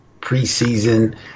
preseason